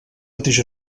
mateix